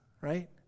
right